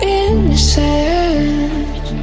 innocent